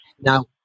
now